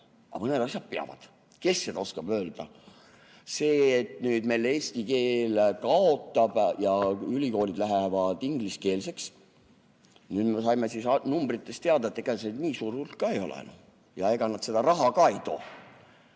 aga mõned asjad peavad. Kes seda oskab öelda? See, et nüüd eesti keel kaob ja ülikoolid lähevad ingliskeelseks. Me saime numbritest teada, et ega see nii suur hulk ei ole ja ega nad seda raha ka ei too.